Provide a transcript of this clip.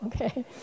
okay